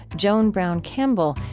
joan brown campbell,